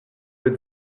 veux